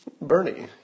Bernie